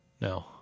No